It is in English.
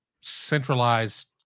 centralized